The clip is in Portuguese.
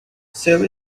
seu